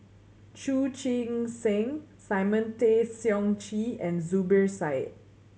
Chu Chee Seng Simon Tay Seong Chee and Zubir Said